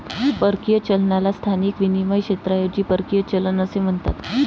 परकीय चलनाला स्थानिक विनिमय क्षेत्राऐवजी परकीय चलन असे म्हणतात